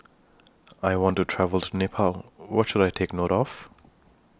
I want to travel to Nepal What should I Take note of